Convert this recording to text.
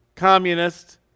communist